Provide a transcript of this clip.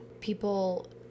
People